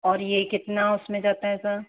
और यह कितना उसमें जाता है सर